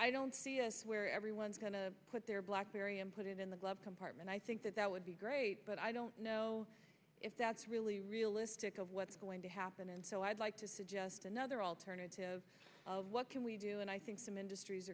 i don't see where everyone's going to put their blackberry and put it in the glove compartment i think that that would be great but i don't know if that's really realistic of what's going to happen and so i'd like to suggest another alternative what can we do and i think some industries